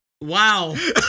Wow